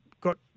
got